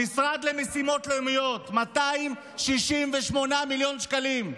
המשרד למשימות לאומיות, 268 מיליון שקלים,